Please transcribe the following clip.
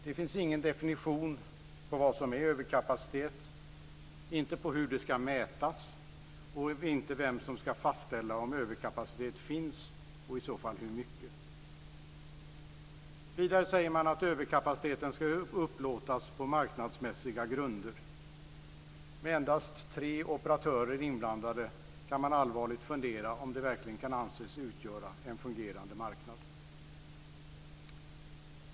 Det finns inte någon definition på vad som är överkapacitet, inte hur det ska mätas och inte vem som ska fastställa om överkapacitet finns och i så fall hur mycket. Vidare säger man att överkapaciteten ska upplåtas på marknadsmässiga grunder. Med endast tre operatörer inblandade kan man allvarligt fundera om det verkligen kan anses utgöra en fungerande marknad.